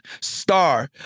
Star